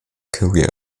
career